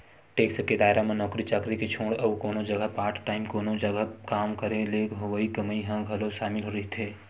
tax के दायरा म नौकरी चाकरी के छोड़ अउ कोनो जघा पार्ट टाइम कोनो जघा काम करे ले होवई कमई ह घलो सामिल रहिथे